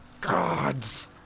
gods